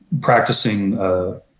practicing